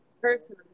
personally